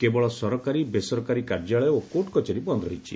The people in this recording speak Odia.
କେବଳ ସରକାରୀ ବେସରକାରୀ କାର୍ଯ୍ୟାଳୟ ଓ କୋର୍ଟକଚେରୀ ବନ୍ଦ ରହିଛି